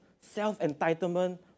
self-entitlement